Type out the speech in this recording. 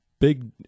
big